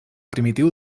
primitiu